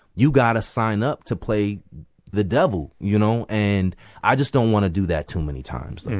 you got to sign up to play the devil, you know? and i just don't want to do that too many times,